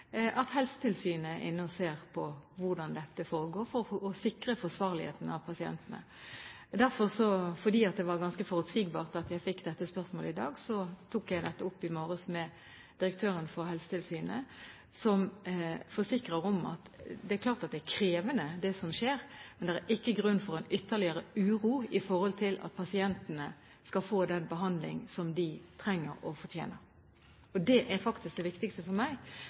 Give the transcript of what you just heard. Helsetilsynet inne og ser på hvordan dette foregår for å sikre forsvarligheten til pasientene. Fordi det var ganske forutsigbart at jeg fikk dette spørsmålet i dag, tok jeg dette opp i morges med direktøren for Helsetilsynet, som forsikrer om at selv om det er klart at det er krevende det som skjer, er det ikke grunn for en ytterligere uro når det gjelder at pasientene skal få den behandlingen som de trenger og fortjener. Det er det viktigste for meg,